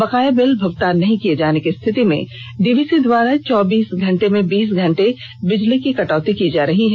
बकाया बिल भुगतान नहीं किये जाने की स्थिति में डीवीसी द्वारा चौबीस घंटे में बीस घंटे बिजली की कटौती की जा रही है